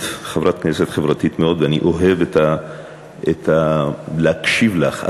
חברת כנסת חברתית מאוד ואני אוהב להקשיב לך,